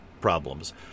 problems